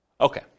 Okay